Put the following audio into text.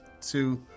two